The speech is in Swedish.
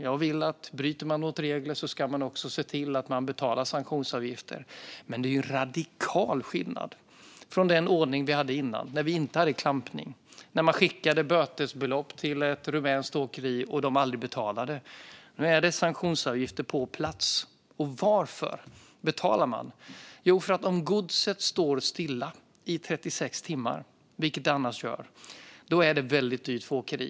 Jag vill att man ska se till att den som bryter mot regler betalar sanktionsavgifter. Men det är en radikal skillnad från den ordning vi hade innan, när vi inte hade klampning. Då skickades böter till ett rumänskt åkeri som aldrig betalade. Nu utkrävs sanktionsavgifter på plats. Varför betalar man? Jo, för att om godset står stilla i 36 timmar, vilket det annars gör, är det väldigt dyrt för åkeriet.